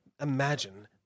Imagine